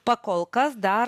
pakol kas dar